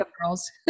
girls